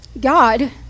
God